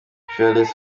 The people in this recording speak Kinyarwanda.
fearless